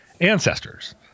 ancestors